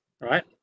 right